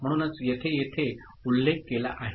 म्हणूनच येथे येथे उल्लेख केला आहे